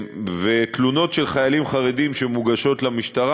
תלונות של חיילים חרדים שמוגשות למשטרה